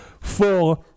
four